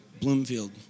Bloomfield